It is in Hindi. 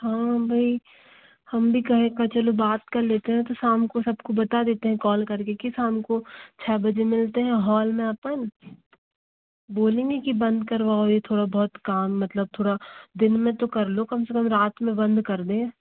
हाँ भाई हम भी कहे एक बार चलो बात कर लेते हैं तो शाम को सब को बता देते हैं कॉल क रके कि शाम को छः बजे मिलते है हॉल में अपन बोलेंगे की बंद करोवाओ ये थोड़ा बहुत काम मतलब थोड़ा दिन में तो कर लो कम से कम रात मे बंद कर दें